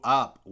up